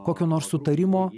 kokio nors sutarimo